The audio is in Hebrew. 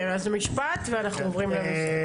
כן אז משפט ואנחנו עוברים למשרדים.